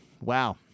wow